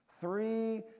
three